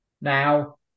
Now